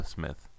Smith